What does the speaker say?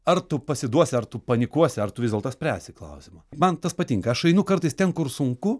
ar tu pasiduosi ar tu panikuosi ar tu vis dėlto spręsi klausimą man tas patinka aš einu kartais ten kur sunku